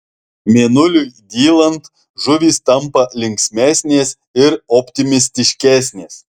mėnuliui dylant žuvys tampa linksmesnės ir optimistiškesnės